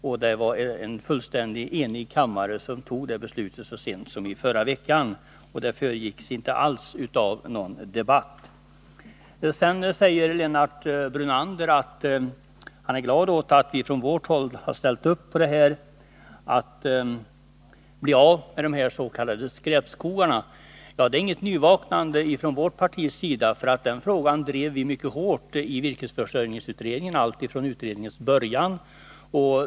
Och det var en fullständigt enig kammare som tog det beslutet så sent som i förra veckan — det föregicks inte alls av någon debatt. Lennart Brunander säger att han är glad över att vi från vårt håll ställt upp påaatt bli av med des.k. skräpskogarna. Ja, det är inget nyvaknande från vårt partis sida. Den frågan drev vi mycket hårt i virkesförsörjningsutredningen alltifrån utredningens början.